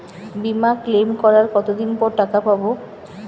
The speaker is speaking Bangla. বিমা ক্লেম করার কতদিন পর টাকা পাব?